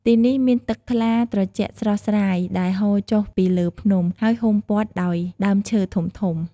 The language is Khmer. ទីនេះមានទឹកថ្លាត្រជាក់ស្រស់ស្រាយដែលហូរចុះពីលើភ្នំ ហើយហ៊ុំព័ទ្ធដោយដើមឈើធំៗ។